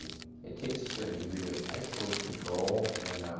it takes a certain degree of, i suppose, control and